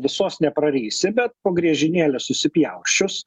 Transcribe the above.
visos neprarysi bet po griežinėlį susipjausčius